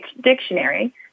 Dictionary